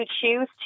choose